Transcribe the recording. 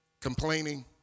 complaining